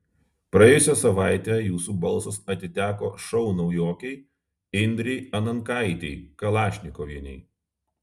praėjusią savaitę jūsų balsas atiteko šou naujokei indrei anankaitei kalašnikovienei